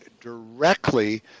directly